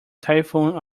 typhoon